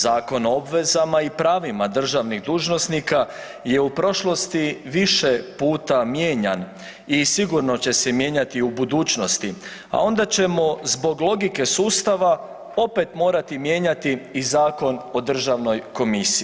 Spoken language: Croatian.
Zakon o obvezama i pravima državnih dužnosnika je u prošlosti više puta mijenjan i sigurno će se mijenjati i u budućnosti, a onda ćemo zbog logike sustava opet morati mijenjati i Zakon o državnoj komisiji.